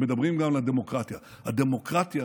הם מדברים גם על הדמוקרטיה, הדמוקרטיה